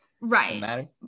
Right